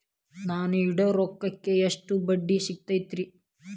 ನಾ ಇಡೋ ರೊಕ್ಕಕ್ ಎಷ್ಟ ಬಡ್ಡಿ ಸಿಕ್ತೈತ್ರಿ?